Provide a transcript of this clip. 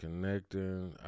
connecting